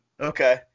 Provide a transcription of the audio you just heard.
Okay